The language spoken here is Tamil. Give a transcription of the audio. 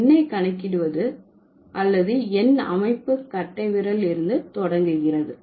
எண்னை கணக்கிடுவது அல்லது எண் அமைப்பு கட்டைவிரல் இருந்து தொடங்குகிறது